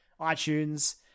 iTunes